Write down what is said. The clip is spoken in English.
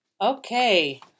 Okay